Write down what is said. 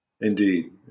Indeed